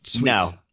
No